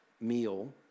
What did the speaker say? meal